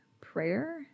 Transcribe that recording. prayer